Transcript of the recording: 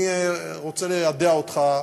אני רוצה ליידע אותך,